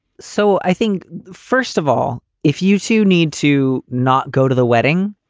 so i think, first of all, if you two need to not go to the wedding.